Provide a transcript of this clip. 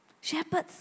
Shepherds